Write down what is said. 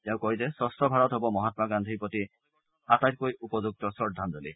তেওঁ কয় যে স্বচ্ছ ভাৰত হ'ব মহামা গান্ধীৰ প্ৰতি আটাইতকৈ উপযুক্ত শ্ৰদ্ধাঞ্জলি